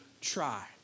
try